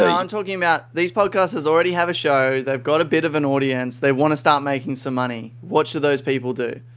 ah i'm talking about these podcasters already have a show, they've got a bit of an audience. they want to start making some money. what should those people do?